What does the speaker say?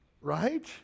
Right